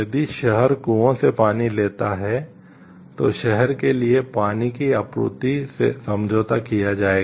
यदि शहर कुओं से पानी लेता है तो शहर के लिए पानी की आपूर्ति से समझौता किया जाएगा